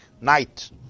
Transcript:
night